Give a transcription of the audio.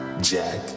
Jack